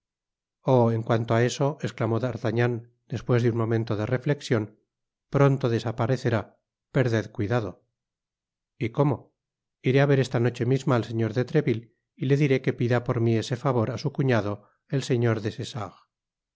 oh en cuanto á eso esclamó d'artagnan despues de un momento de reflexion pronto desaparecerá perded cuidado y cómo iré a ver esta noche misma al señor de treville y le diré que pida por mi ese favor á su cuñado el señor